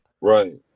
Right